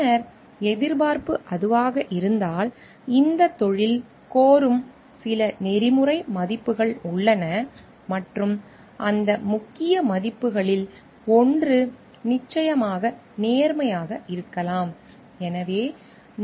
பின்னர் எதிர்பார்ப்பு அதுவாக இருந்தால் இந்தத் தொழில் கோரும் சில நெறிமுறை மதிப்புகள் உள்ளன மற்றும் அந்த முக்கிய மதிப்புகளில் ஒன்று நிச்சயமாக நேர்மையாக இருக்கலாம்